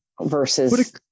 versus